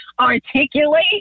articulate